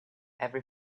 every